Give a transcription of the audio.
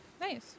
Nice